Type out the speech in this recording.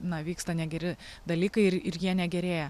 na vyksta negeri dalykai ir ir jie negerėja